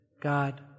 God